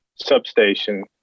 substation